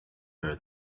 her